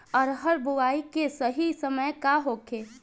अरहर बुआई के सही समय का होखे?